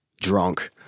drunk